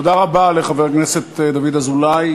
תודה רבה לחבר הכנסת דוד אזולאי.